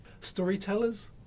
storytellers